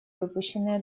выпущенные